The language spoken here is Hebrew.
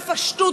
בפשטות,